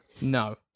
no